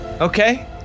Okay